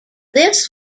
this